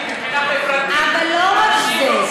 אבל לא רק זה,